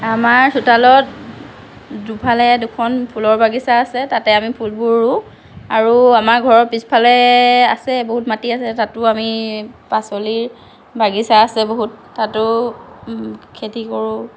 আমাৰ চোতালত দুফালে দুখন ফুলৰ বাগিচা আছে তাতে আমি ফুলবোৰ ৰুওঁ আৰু আমাৰ ঘৰৰ পিছফালে আছে বহুত মাটি আছে তাতো আমি পাচলিৰ বাগিচা আছে বহুত তাতো খেতি কৰোঁ